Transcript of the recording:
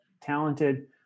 talented